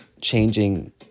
changing